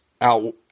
out